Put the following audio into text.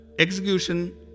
Execution